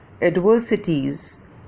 adversities